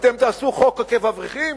אתם תעשו חוק עוקף אברכים?